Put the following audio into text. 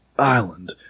Island